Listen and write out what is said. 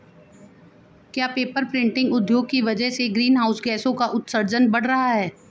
क्या paper printing उद्योग की वजह से ग्रीन हाउस गैसों का उत्सर्जन बढ़ रहा है?